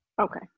okay